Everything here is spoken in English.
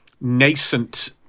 nascent